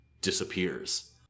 disappears